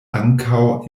ankaŭ